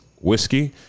Whiskey